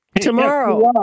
tomorrow